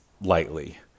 lightly